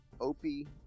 Opie